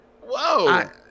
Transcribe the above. Whoa